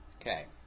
Okay